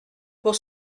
pour